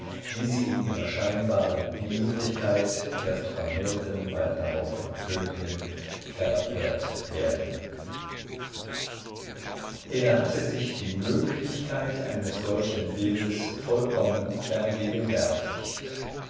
wie sie in ihrer scheinbaren niedrigkeit erst von hirten bald darauf von königen verehrt werden er hatte sich die möglichkeit eines solchen bildes vollkommen vergegenwärtigt